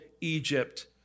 Egypt